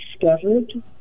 discovered